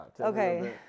okay